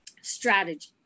strategy